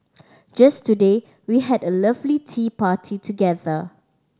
just today we had a lovely tea party together